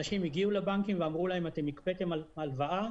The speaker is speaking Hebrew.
אנשים הגיעו לבנקים ואמרו להם 'אתם הקפאתם הלוואה,